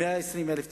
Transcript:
120,000 תושבים.